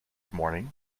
morning